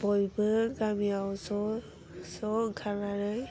बयबो गामियाव ज' ज' ओंखारनानै